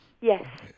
Yes